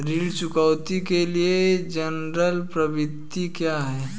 ऋण चुकौती के लिए जनरल प्रविष्टि क्या है?